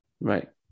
Right